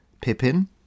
Pippin